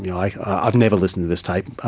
yeah like i've never listened to this tape,